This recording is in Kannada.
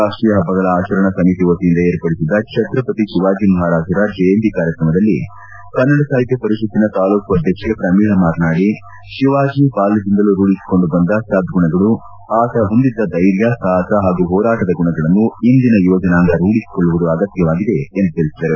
ರಾಷ್ವೀಯ ಹಬ್ಬಗಳ ಆಚರಣಾ ಸಮಿತಿ ವತಿಯಿಂದ ಏರ್ಪಡಿಸಿದ್ದ ಛತ್ತಪತಿ ಶಿವಾಜ ಮಹಾರಾಜರ ಜಯಂತಿ ಕಾರತ್ತಮದಲ್ಲಿ ಕನ್ನಡ ಸಾಹಿತ್ಯ ಪರಿಷತ್ತಿನ ತಾಲೂಕು ಅಧ್ಯಕ್ಷೆ ಪ್ರಮೀಳಾ ಮಾತನಾಡಿ ಶಿವಾಜಿ ಬಾಲ್ಯದಿಂದಲೂ ರೂಢಿಸಿಕೊಂಡು ಬಂದ ಸದ್ಗುಣಗಳು ಆತನ ಹೊಂದಿದ್ದ ಧೈರ್ಯ ಸಾಹಸ ಹಾಗೂ ಹೋರಾಟದ ಗುಣಗಳನ್ನು ಇಂದಿನ ಯುವಜನಾಂಗ ರೂಢಿಸಿಕೊಳ್ಳುವುದು ಅಗತ್ಯವಾಗಿದೆ ಎಂದು ತಿಳಿಸಿದರು